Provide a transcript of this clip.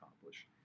accomplish